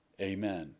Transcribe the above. Amen